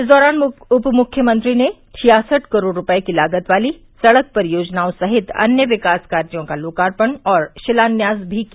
इस दौरान उपमुख्यमंत्री ने छियासठ करोड़ रूपये की लागत वाली सड़क परियोजनाओं सहित अन्य विकास कार्यो का लाकोर्पण और शिलान्यास भी किया